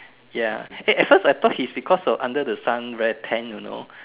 ya eh at first ah I thought it's because of under the sun very tan you know